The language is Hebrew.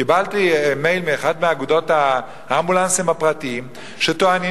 קיבלתי מייל מאחת מאגודות האמבולנסים הפרטיים שטוענים